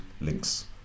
links